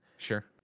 Sure